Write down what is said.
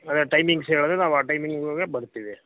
ಅದೇ ಟೈಮಿಂಗ್ಸ್ ಹೇಳಿದ್ರೆ ನಾವು ಆ ಟೈಮಿಂಗುಗೆ ಬರ್ತೀವಿ